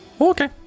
Okay